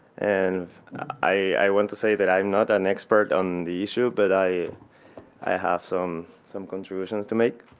and i want to say that i am not an expert on the issue, but i i have some some contributions to make.